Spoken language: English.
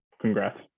Congrats